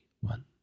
One